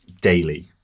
daily